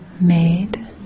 made